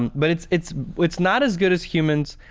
and but it's it's it's not as good as humans.